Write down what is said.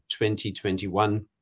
2021